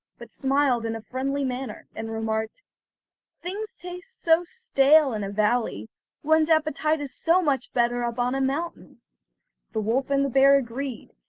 but smiled in a friendly manner, and remarked things taste so stale in a valley one's appetite is so much better up on a mountain the wolf and the bear agreed,